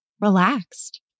relaxed